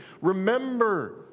Remember